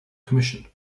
commission